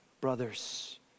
Brothers